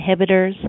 inhibitors